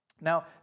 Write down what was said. Now